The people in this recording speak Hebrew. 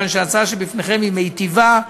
כיוון שההצעה שבפניכם היא מיטיבה,